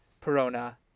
Perona